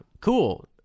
cool